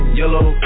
yellow